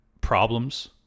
problems